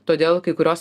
todėl kai kurios